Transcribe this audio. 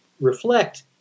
reflect